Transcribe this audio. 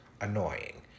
annoying